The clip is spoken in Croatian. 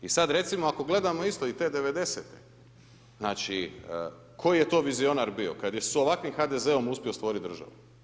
I sad recimo ako gledamo isto i te '90.-te znači koji je to vizionar bio kada je s ovakvim HDZ-om uspio stvoriti državu.